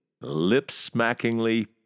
lip-smackingly